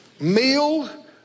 Meal